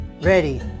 Ready